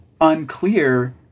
unclear